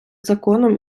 законом